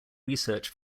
research